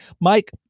Mike